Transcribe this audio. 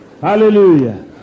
Hallelujah